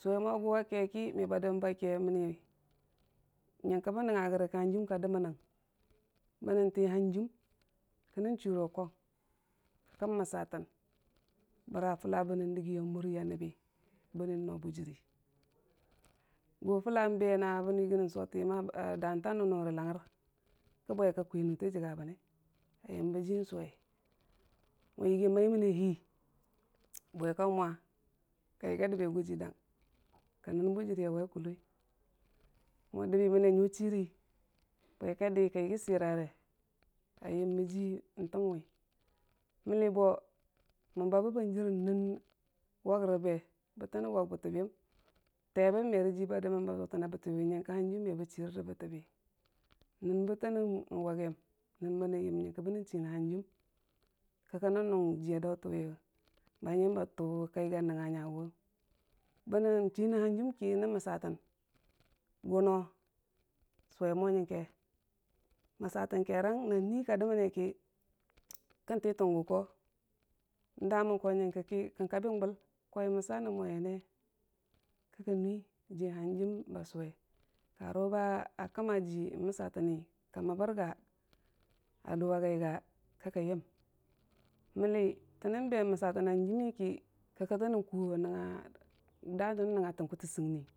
sʊwe mo gu a keki mebi dəmən na ke mənni nyəngkə bən nəngnga gəring kə hanjəm ka dəmən nən bənən jiihanjəm ki nən chi rogong kɨ kən məsarən bəra fulla wu bənən dəgi ya mura məbbi bənən no bwi juiri sʊ fulla be na bənən yəgi nən satən yəmma dəntang numu rə langngər ki boe ka kwi nəntə jəkga bən ne a yəmbə dən suwe mo yəssi mai mənne hi bwe ka nwa ka yəggi a dəmbe gʊjii dang ka nən bwijiiri a wai gʊloi mo dəzi mənme nyu chiri bwe kadi ka yəggi sərare a yombojii ntəmwi mənnibo mən babəbəm jar nən wank bəbe bətən wauk bətii bi yəm teebə meri jii ba dəonpnna so rəna bətii biyu nyəngka hanjəm mebə chirrə botə bi nən bə tənən waukgam nən bə nən yəm yənki bənən chi nən hanjəmən kə gənon nungi jiiya dautən wi yong ba hanjəm ba tu kayəggi ci nəngiga nyagʊwʊng bənən chinən hemjən ka nən məsatən suwe mo nyəke məsa tər kerang nan nui ka ləməne ki kəntii gʊgo n'damən ko nyənki kən kabin gul gohji məsa nən mo yənne nən nui jii hanjəm ba suweng kar wʊba kəmma bii məsatani ka məbərga a dʊ a gaiga ki kənmyəm, mənni to nən məsatən ba hanjəmmi ki kikə tənən kuwo datənən nəngnga tən gʊtəsəgni.